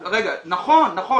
--- נכון.